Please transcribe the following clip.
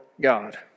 God